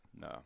No